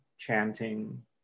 chanting